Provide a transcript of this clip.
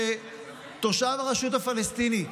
כשתושב הרשות הפלסטינית